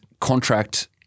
contract